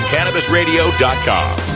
CannabisRadio.com